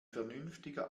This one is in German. vernünftiger